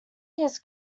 his